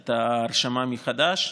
את ההרשמה מחדש.